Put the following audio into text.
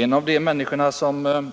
En av dem som